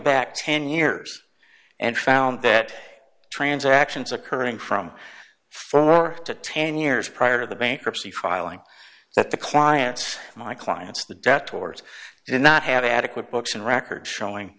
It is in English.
back ten years and found that transactions occurring from four to ten years prior to the bankruptcy filing that the clients my clients the debt tours did not have adequate books and records showing